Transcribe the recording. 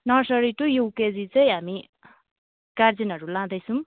nursery to UKG चाहिँ हामी गार्जेनहरू लाँदैछौँ